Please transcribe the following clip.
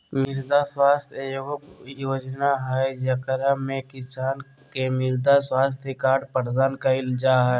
मृदा स्वास्थ्य एगो योजना हइ, जेकरा में किसान के मृदा स्वास्थ्य कार्ड प्रदान कइल जा हइ